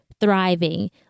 thriving